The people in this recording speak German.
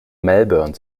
melbourne